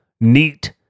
neat